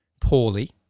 poorly